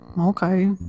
Okay